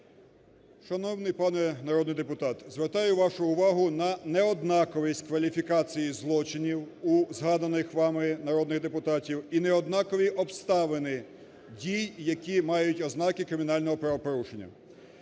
Шановний пане народний депутат, звертаю вашу увагу на неоднаковість кваліфікації злочинів у згаданих вами народних депутатів і неоднакові обставини дій, які мають ознаки кримінального правопорушення.